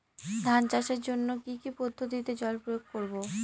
ধান চাষের জন্যে কি কী পদ্ধতিতে জল প্রয়োগ করব?